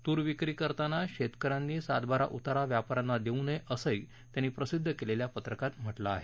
तूर विक्री करताना शेतक यांनी सातबारा उतारा व्यापा यांना देऊ नये असंही त्यांनी प्रसिद्ध केलेल्या पत्रकात म्हटलं आहे